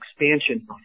expansion